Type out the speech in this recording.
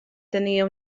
tenia